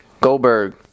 Goldberg